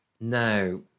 Now